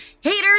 Haters